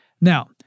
Now